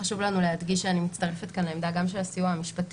חשוב לנו להדגיש אני מצטרפת כאן לעמדה גם של הסיוע המשפטי